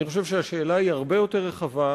אני חושב שהשאלה היא הרבה יותר רחבה,